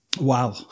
Wow